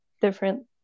different